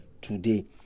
today